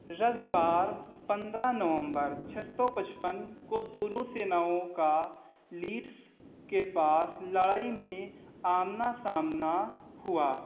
रविवार पंद्रह नवंबर छः सौ पचपन को दोनों सेनाओं का लीड्स के पास लड़ाई में आमना सामना हुआ